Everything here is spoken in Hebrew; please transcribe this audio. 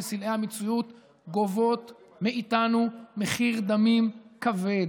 סלעי המציאות גובות מאיתנו מחיר דמים כבד.